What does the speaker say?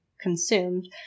consumed